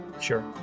Sure